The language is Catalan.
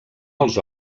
els